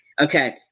okay